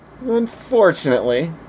unfortunately